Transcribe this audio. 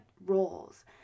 roles